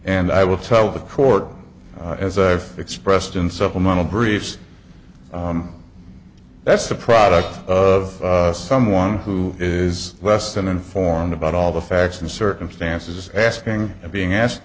and i will tell the court as i've expressed in supplemental briefs that's the product of someone who is less than informed about all the facts and circumstances asking being ask